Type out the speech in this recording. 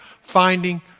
finding